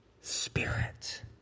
Spirit